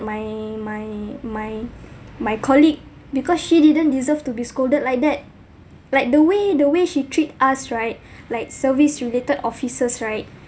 my my my my colleague because she didn't deserve to be scolded like that like the way the way she treat us right like service related officers right